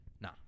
nah